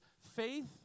faith